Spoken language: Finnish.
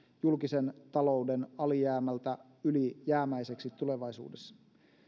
julkisen talouden alijäämältä ylijäämäiseksi tulevaisuudessa